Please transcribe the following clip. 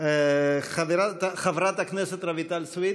חברת הכנסת רויטל סויד,